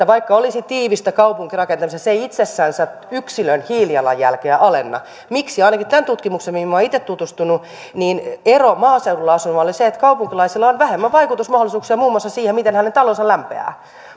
vaikka olisi tiivistä kaupunkirakentamista se ei itsessänsä yksilön hiilijalanjälkeä alenna miksi ainakin tässä tutkimuksessa mihin minä olen itse tutustunut ero maaseudulla asuvaan oli se että kaupunkilaisilla on vähemmän vaikutusmahdollisuuksia muun muassa siihen miten hänen talonsa lämpiää